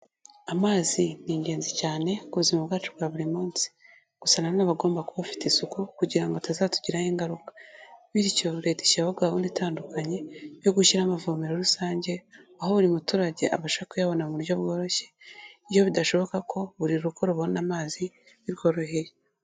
Amazi ni ingenzi cyane ku buzima bwacu bwa buri munsi, gusa nanone abagomba kuba bafite isuku kugira ngo atazatugiraho ingaruka, bityo Leta ishyiraho gahunda itandukanye yo gushyiraho amavomero rusange aho buri muturage abasha kuyabona mu buryo bworoshye iyo bidashoboka ko buri rugo rubona amazi biboroheye.